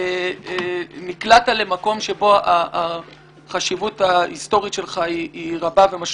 נקלעת למקום שבו החשיבות ההיסטורית שלך רבה ומשמעותית,